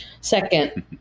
Second